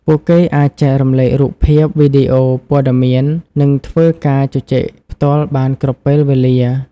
ពួកគេអាចចែករំលែករូបភាព វីដេអូ ព័ត៌មាន និងធ្វើការជជែកផ្ទាល់បានគ្រប់ពេលវេលា ។